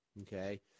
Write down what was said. Okay